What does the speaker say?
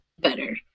Better